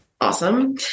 awesome